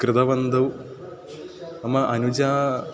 कृतवन्तौ मम अनुजा